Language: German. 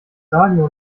radio